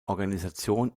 organisation